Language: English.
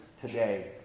today